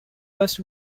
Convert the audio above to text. was